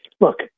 look